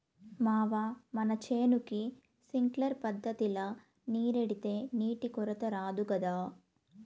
మావా మన చేనుకి సింక్లర్ పద్ధతిల నీరెడితే నీటి కొరత రాదు గదా